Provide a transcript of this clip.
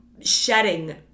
shedding